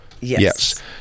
Yes